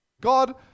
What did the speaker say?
God